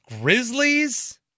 Grizzlies